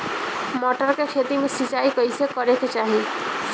मटर के खेती मे सिचाई कइसे करे के चाही?